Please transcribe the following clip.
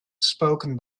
spoken